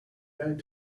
going